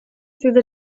through